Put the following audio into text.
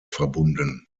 verbunden